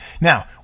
Now